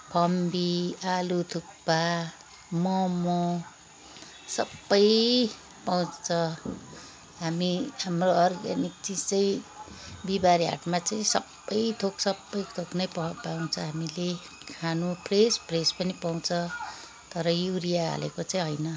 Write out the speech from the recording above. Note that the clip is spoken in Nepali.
फम्बी आलु थुक्पा मोमो सबै पाउँछ हामी हाम्रो अर्ग्यानिक चिज चाहिँ बिहिबारे हाटमा चाहिँ सबै थोक सबै थोक नै पा पाउँछ हामीले खानु फ्रेस फ्रेस पनि पाउँछ तर युरिया हालेको चाहिँ होइन